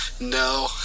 No